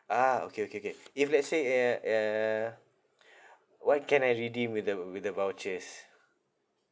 ah okay okay okay if let's say uh uh what can I redeem with the with the vouchers